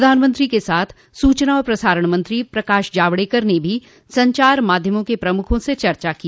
प्रधानमंत्री के साथ सूचना और प्रसारण मंत्री प्रकाश जावड़ेकर ने भी संचार माध्यमों के प्रमुखों से चर्चा की